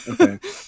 Okay